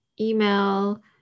email